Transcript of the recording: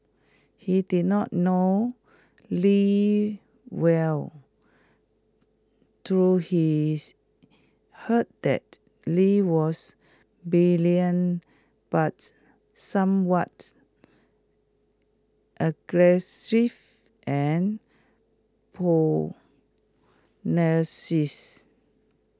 he did not know lee well though his heard that lee was brilliant but somewhat aggressive and